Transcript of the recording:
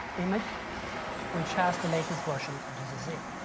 image which has the latest version of gcc